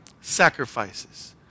sacrifices